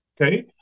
Okay